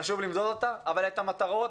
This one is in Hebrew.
חשוב למדוד אותה אבל את המטרות,